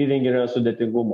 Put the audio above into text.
įrenginio sudėtingumo